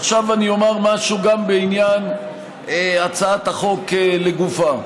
עכשיו אני אומר משהו גם בעניין הצעת החוק לגופה.